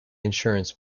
insurance